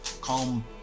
calm